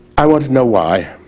i want to know why.